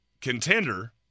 Contender